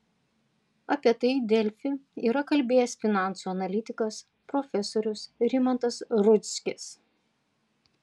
apie tai delfi yra kalbėjęs finansų analitikas profesorius rimantas rudzkis